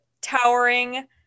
towering